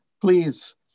please